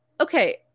okay